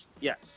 yes